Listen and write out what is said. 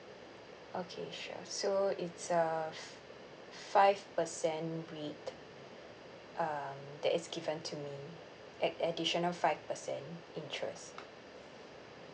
okay sure so it's uh f~ five percent rate um that is given to ad~ additional five percent interest